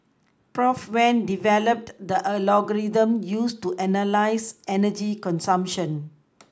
Prof wen developed the algorithm used to analyse energy consumption